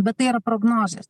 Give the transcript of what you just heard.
bet tai yra prognozės